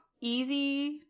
easy